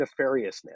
nefariousness